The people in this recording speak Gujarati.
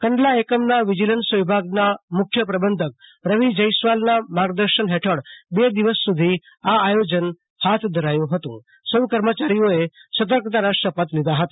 કંડલા એકમના વિજિલન્સ વિભાગના મુખ્ય પ્રબંધક રવિ જૈસવાલના માર્ગદર્શન હેઠળ બે દિવસ સુધી આઆયોજન હાથ ધરાયું હતું સૌ કર્મચારીઓએ સતર્કતાના શપથ લીધા હતા